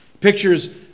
Pictures